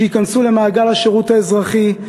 שייכנסו למעגל השירות האזרחי,